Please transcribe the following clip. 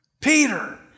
Peter